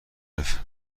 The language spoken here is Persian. گرفت